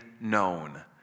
known